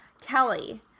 Kelly